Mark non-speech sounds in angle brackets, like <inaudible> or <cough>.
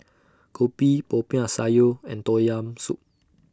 <noise> Kopi Popiah Sayur and Tom Yam Soup